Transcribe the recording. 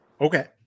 Okay